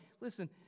Listen